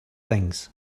things